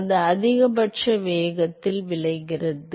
எனவே இது அதிகபட்ச வேகத்தில் விளைகிறது